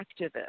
activist